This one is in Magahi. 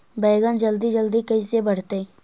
बैगन जल्दी जल्दी कैसे बढ़तै?